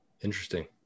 Interesting